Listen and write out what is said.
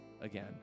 again